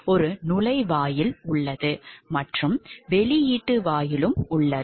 ஒரு நுழைவாயில் உள்ளது மற்றும் வெளியீட்டு வாயிலும் உள்ளது